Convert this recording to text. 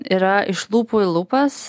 yra iš lūpų į lūpas